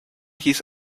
his